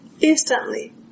instantly